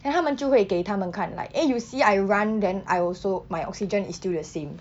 then 他们就会给他们看 like eh you see I run then I also my oxygen is still the same